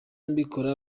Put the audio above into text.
mbikora